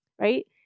right